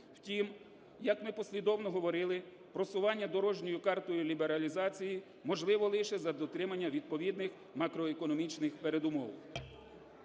Втім, як ми послідовно говорили, просування дорожньої карти лібералізації можливо лише за дотримання відповідних макроекономічних передумов.